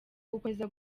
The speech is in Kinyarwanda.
gukomeza